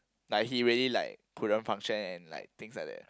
like he really like couldn't function and like things like that